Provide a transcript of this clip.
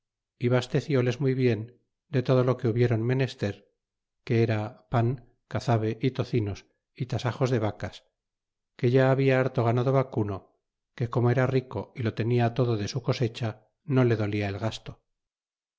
y basteciles muy bien de todo lo que hubiéron menester que era pan cazave é tocinos é tasajos de vacas que ya habia harto ganado vacuno que como era rico y lo tenia todo de su cosecha no le dona el gasto